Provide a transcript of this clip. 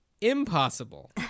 impossible